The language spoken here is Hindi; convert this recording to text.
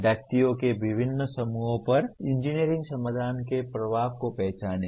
व्यक्तियों के विभिन्न समूहों पर इंजीनियरिंग समाधान के प्रभाव को पहचानें